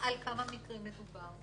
על כמה מקרים מדובר?